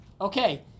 Okay